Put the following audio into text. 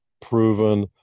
Proven